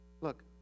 Look